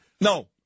No